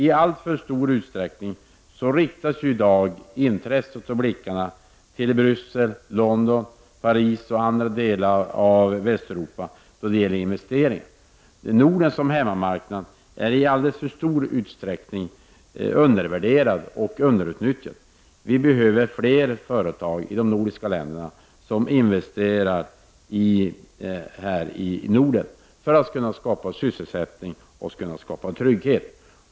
I alltför stor utsträckning riktar sig i dag intresset och blickarna mot Bryssel, London, Paris och andra delar av Västeuropa då det gäller investering. Norden som hemmamarknad är i alldeles för stor utsträckning undervärderad och underutnyttjad. Vi behöver fler företag i de nordiska län derna som investerar här i Norden för att kunna skapa sysselsättning och trygghet.